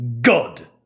God